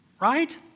right